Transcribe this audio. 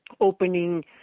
opening